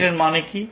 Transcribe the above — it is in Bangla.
এটার মানে কি